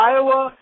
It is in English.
Iowa